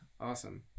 Awesome